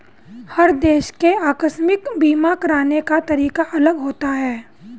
हर देश के आकस्मिक बीमा कराने का तरीका अलग होता है